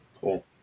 Cool